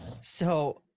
So-